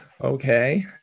okay